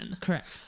Correct